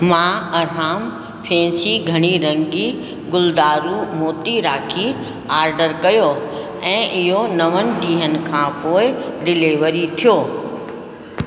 मां अरहाम फैंसी घणीरंगी गुलदारू मोती राखी आडर कयो ऐं इहो नवनि ॾींहनि खां पोइ डिलेवरी थियो